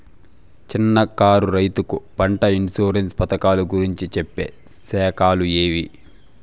చిన్న కారు రైతుకు పంట ఇన్సూరెన్సు పథకాలు గురించి చెప్పే శాఖలు ఏవి?